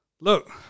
look